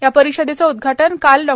या परिषदेच उदघाटन काल डॉ